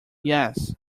yes